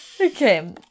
Okay